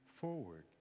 forward